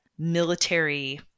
Military